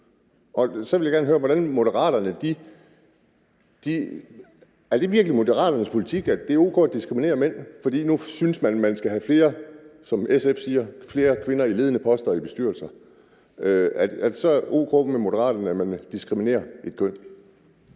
Så vil jeg gerne høre, om det virkelig er Moderaternes politik, at det er o.k. at diskriminere mænd, for nu synes man, som SF siger, at man skal have flere kvinder i ledende poster i bestyrelser. Er det så o.k. med Moderaterne, at man diskriminerer et køn?